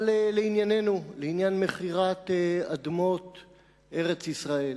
אבל לענייננו, לעניין מכירת אדמות ארץ-ישראל.